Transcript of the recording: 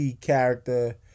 character